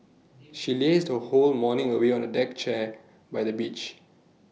she lazed her whole morning away on A deck chair by the beach